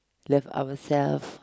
love ourselves